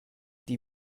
die